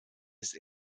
ist